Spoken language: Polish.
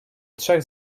trzech